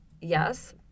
yes